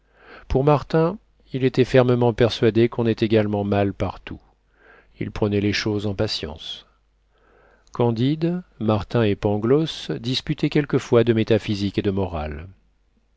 pour martin il était fermement persuadé qu'on est également mal partout il prenait les choses en patience candide martin et pangloss disputaient quelquefois de métaphysique et de morale